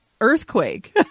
earthquake